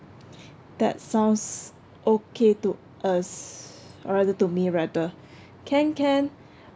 that sounds okay to us or rather to me rather can can